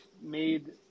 made